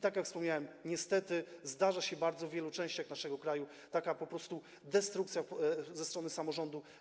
Tak jak wspomniałem, niestety zdarza się w bardzo wielu częściach naszego kraju po prostu taka destrukcja ze strony samorządu.